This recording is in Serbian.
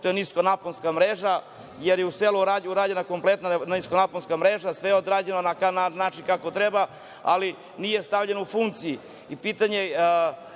to je niskonaponska mreža. Jer je u selu urađena kompletna niskonaponska mreža, sve je odrađeno na adekvatan način, kako treba, ali nije stavljena u funkciju. Pitanje